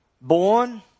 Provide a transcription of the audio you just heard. born